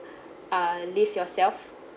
err live yourself